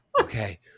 Okay